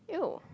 !eww!